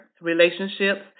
relationships